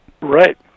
Right